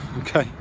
Okay